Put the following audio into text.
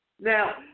Now